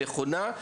נכונה,